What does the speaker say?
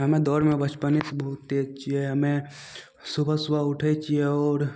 हम्मे दौड़मे बचपनेसँ बहुत तेज छियै हम्मे सुबह सुबह उठय छियै आओर